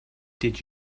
did